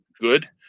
good